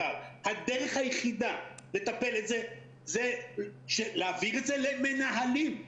הדרך היחידה לטפל בזה היא להעביר את זה למנהלים,